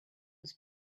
was